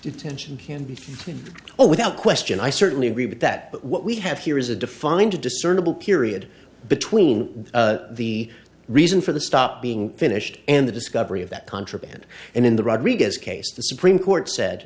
detention can be well without question i certainly agree with that but what we have here is a defined discernible period between the reason for the stop being finished and the discovery of that contraband and in the rodriguez case the supreme court said